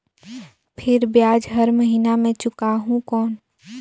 फिर ब्याज हर महीना मे चुकाहू कौन?